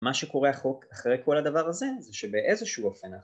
מה שקורה החוק אחרי כל הדבר הזה, זה שבאיזשהו אופן